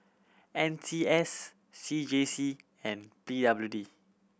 N C S C J C and P W D